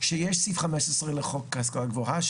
שיש סעיף 15 לחוק השכלה גבוהה,